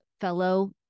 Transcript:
fellow